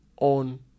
on